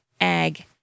ag